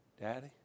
Daddy